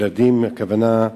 ילדים הכוונה,